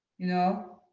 you know?